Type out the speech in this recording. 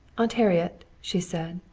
aunt harriet, she said,